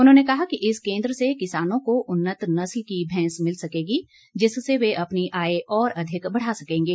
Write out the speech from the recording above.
उन्होंने कहा कि इस केन्द्र से किसानों को उन्नत नस्ल की भैंस मिल सकेगी जिससे वे अपनी आय और अधिक बढ़ा सकेंगे